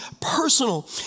personal